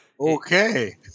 Okay